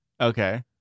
Okay